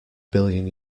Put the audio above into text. billion